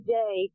day